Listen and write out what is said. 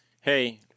hey